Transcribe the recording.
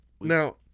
Now